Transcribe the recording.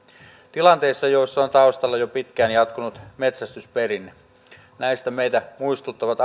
tilanteissa joissa on taustalla jo pitkään jatkunut metsästysperinne näistä meitä muistuttavat